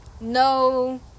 no